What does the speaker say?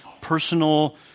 personal